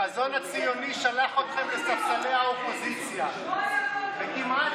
החזון הציוני שלח אתכם לספסלי האופוזיציה וכמעט